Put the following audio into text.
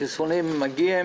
החיסונים מגיעים